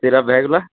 syrup भै गेलौ